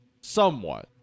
Somewhat